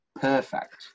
perfect